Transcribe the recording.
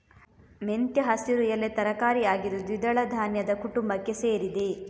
ಮೆಂತ್ಯ ಹಸಿರು ಎಲೆ ತರಕಾರಿ ಆಗಿದ್ದು ದ್ವಿದಳ ಧಾನ್ಯದ ಕುಟುಂಬಕ್ಕೆ ಸೇರಿದೆ